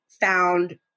found